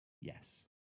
yes